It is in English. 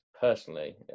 personally